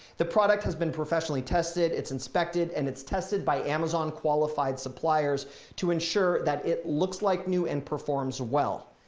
the product has been professionally tested, it's inspected and it's tested by amazon qualified suppliers to ensure that it looks like new and performs well.